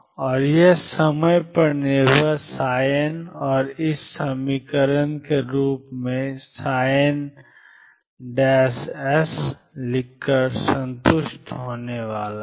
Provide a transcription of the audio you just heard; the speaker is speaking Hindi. और यह समय पर निर्भर n और rt∑CnnrtnCnnre iEnt के रूप मेंn's लिखकर संतुष्ट होने वाला है